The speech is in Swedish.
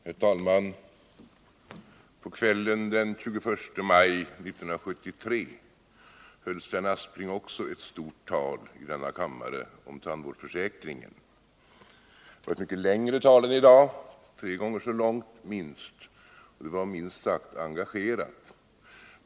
Herr talman! På kvällen den 21 maj 1973 höll Sven Aspling också ett stort tali den här kammaren om tandvårdsförsäkringen. Det var ett mycket längre tal än i dag, minst tre gånger så långt, och det var minst sagt engagerat.